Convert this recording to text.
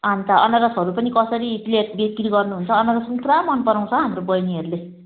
अनि त अनारसहरू पनि कसरी प्लेट बिक्री गर्नुहुन्छ अनारस पनि पुरा मन पराउँछ हाम्रो बहिनीहरूले